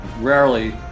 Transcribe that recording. rarely